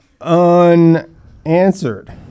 unanswered